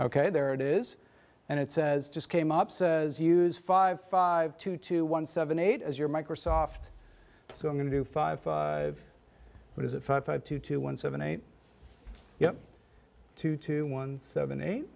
ok there it is and it says just came up says use five five two two one seven eight as your microsoft so i'm going to do five what is it five five two two one seven eight two two one seven eight